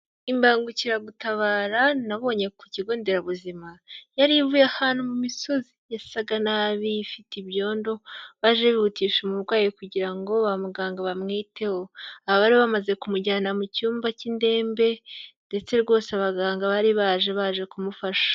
Imbangukiragutabara nabonye ku kigo nderabuzima yari ivuye ahantu mu misozi, yasaga nabi, ifite ibyondo, baje bihutisha umurwayi kugira ngo ba muganga bamwiteho, abari bamaze kumujyana mu cyumba cy'indembe ndetse rwose abaganga bari baje, baje kumufasha.